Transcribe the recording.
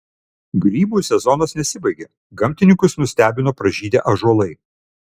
grybų sezonas nesibaigia gamtininkus nustebino pražydę ąžuolai